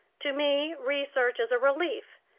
to me, research is a relief,